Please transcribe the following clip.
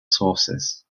sources